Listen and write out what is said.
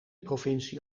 provincie